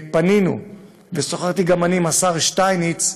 אנחנו פנינו, ושוחחתי גם אני עם השר שטייניץ,